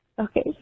Okay